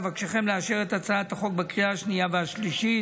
אבקשכם לאשר את הצעת החוק בקריאה השנייה והשלישית.